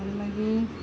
आनी मागीर